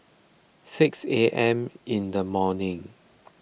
six A M in the morning